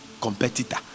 competitor